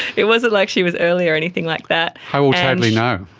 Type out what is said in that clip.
it wasn't like she was early or anything like that. how old is hadley now?